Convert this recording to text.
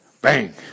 Bang